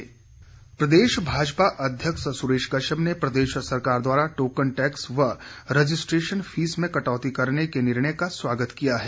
सुरेश कश्यप प्रदेश भाजपा अध्यक्ष सुरेश कश्यप ने प्रदेश सरकार द्वारा टोकन टैक्स व रजिस्ट्रेशन फीस में कटौती करने के निर्णय का स्वागत किया है